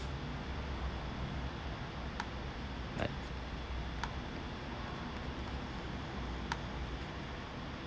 uh